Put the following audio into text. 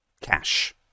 cash